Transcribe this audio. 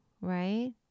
right